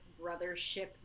brothership